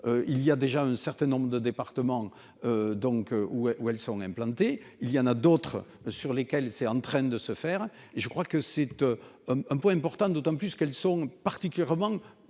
Il y a déjà un certain nombre de départements. Donc où où elles sont implantées. Il y en a d'autres sur lesquels c'est en train de se faire et je crois que c'est. Un point important d'autant plus qu'elles sont particulièrement